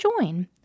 join